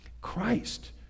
Christ